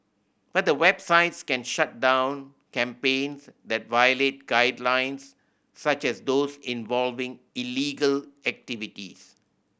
but the websites can shut down campaigns that violate guidelines such as those involving illegal activities